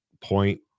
point